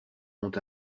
ont